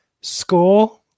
Score